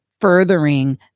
furthering